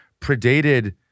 predated